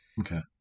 Okay